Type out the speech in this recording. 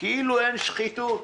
כאילו אין שחיתות.